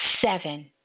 Seven